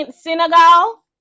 Senegal